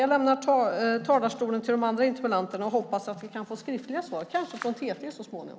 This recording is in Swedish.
Jag lämnar över talarstolen till de andra interpellanterna och hoppas att vi kan få skriftliga svar, kanske från TT, så småningom.